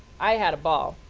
i had a ball,